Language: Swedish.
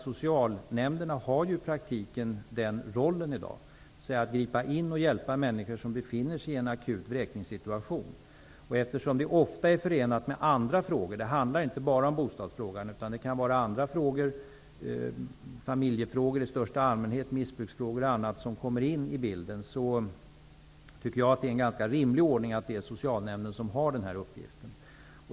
Socialnämnderna har i dag i praktiken den rollen, dvs. att gripa in och hjälpa människor som befinner sig i en akut vräkningssituation. Eftersom det inte bara handlar om bostadsfrågan utan ofta är förenat med familjefrågor i största allmänhet, missbruksfrågor och annat som kommer in i bilden, tycker jag att det är en ganska rimlig ordning att det är socialnämnden som har den uppgiften.